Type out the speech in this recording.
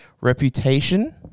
reputation